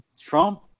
Trump